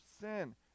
sin